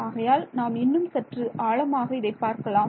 ஆகையால் நாம் இன்னும் சற்று ஆழமாக இதை பார்க்கலாம்